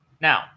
now